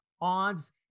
odds